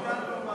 ניתן לומר?